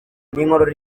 n’inkorora